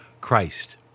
Christ